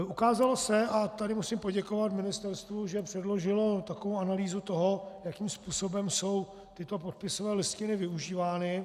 Ukázalo se, a tady musím poděkovat ministerstvu, že předložilo analýzu toho, jakým způsobem jsou tyto podpisové listiny využívány.